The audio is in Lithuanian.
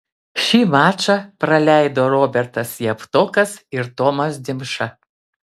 šį mačą praleido robertas javtokas ir tomas dimša